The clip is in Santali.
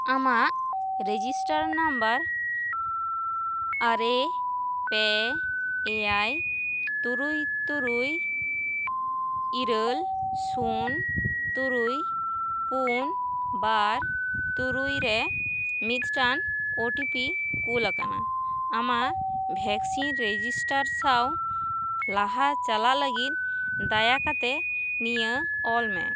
ᱟᱢᱟᱜ ᱨᱮᱡᱤᱥᱴᱟᱨ ᱱᱟᱢᱵᱟᱨ ᱟᱨᱮ ᱯᱮ ᱮᱭᱟᱭ ᱛᱩᱨᱩᱭ ᱛᱩᱨᱩᱭ ᱤᱨᱟᱹᱞ ᱥᱩᱱ ᱛᱩᱨᱩᱭ ᱯᱩᱱ ᱵᱟᱨ ᱛᱩᱨᱩᱭ ᱨᱮ ᱢᱤᱫᱴᱟᱝ ᱳ ᱴᱤ ᱯᱤ ᱠᱳᱞ ᱟᱠᱟᱱᱟ ᱟᱢᱟᱜ ᱵᱷᱮᱠᱥᱤᱱ ᱨᱮᱡᱤᱥᱴᱟᱨ ᱥᱟᱶ ᱞᱟᱦᱟ ᱪᱟᱞᱟᱜ ᱞᱟᱹᱜᱤᱫ ᱫᱟᱭᱟ ᱠᱟᱛᱮᱫ ᱱᱤᱭᱟᱹ ᱚᱞ ᱢᱮ